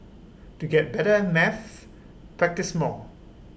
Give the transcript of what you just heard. to get better at maths practise more